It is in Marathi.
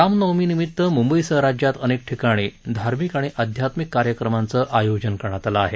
रामनवमीनिमित मंबईसह राज्यात अनेक ठिकणी धार्मिक आणि अध्यात्मिक कार्यक्रमाचं आयोजन करण्यात आल आहे